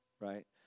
right